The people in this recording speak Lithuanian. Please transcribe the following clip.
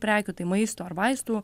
prekių tai maisto ar vaistų